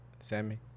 Sammy